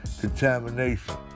contamination